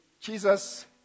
Jesus